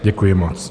Děkuji moc.